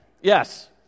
Yes